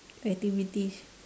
your activities